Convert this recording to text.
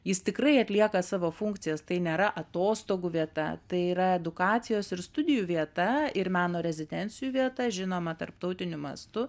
jis tikrai atlieka savo funkcijas tai nėra atostogų vieta tai yra edukacijos ir studijų vieta ir meno rezidencijų vieta žinoma tarptautiniu mastu